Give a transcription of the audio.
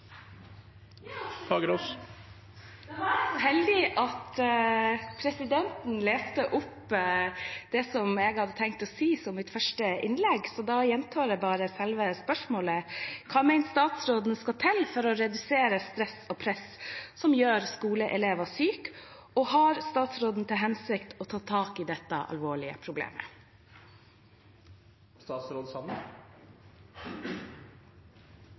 da var jeg så heldig at presidenten leste opp det som jeg hadde tenkt å si som mitt første innlegg. Da gjentar jeg bare selve spørsmålet: Hva mener statsråden skal til for å redusere stress og press som gjør skoleelever syke, og har statsråden til hensikt å ta tak i dette alvorlige problemet?